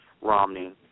Romney